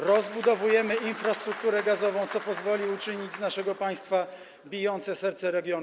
Rozbudowujemy infrastrukturę gazową, co pozwoli uczynić z naszego państwa bijące serce regionu.